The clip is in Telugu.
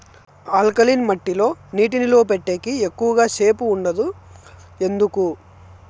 ఆల్కలీన్ మట్టి లో నీటి నిలువ పెట్టేకి ఎక్కువగా సేపు ఉండదు ఎందుకు